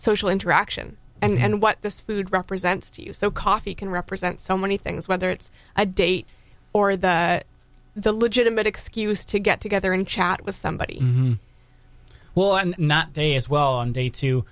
social interaction and what this food represents to you so coffee can represent so many things whether it's a date or that the legitimate excuse to get together and chat with somebody well and not day is well on day t